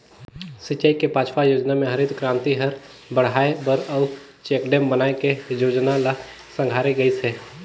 सिंचई के पाँचवा योजना मे हरित करांति हर बड़हाए बर अउ चेकडेम बनाए के जोजना ल संघारे गइस हे